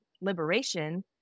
liberation